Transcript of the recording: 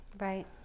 Right